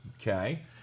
Okay